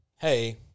hey